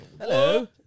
Hello